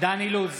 דן אילוז,